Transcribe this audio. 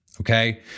okay